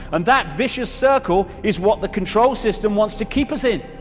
and that vicious circle is what the control system wants to keep us in,